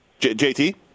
JT